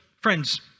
friends